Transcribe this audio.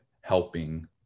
helping